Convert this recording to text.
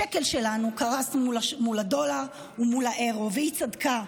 השקל שלנו קרס מול הדולר ומול האירו, והיא צדקה,